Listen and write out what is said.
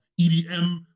EDM